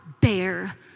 bear